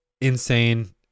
insane